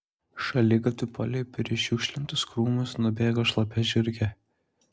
šaligatviu palei prišiukšlintus krūmus nubėgo šlapia žiurkė